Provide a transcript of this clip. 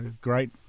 great